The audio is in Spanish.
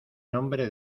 nombre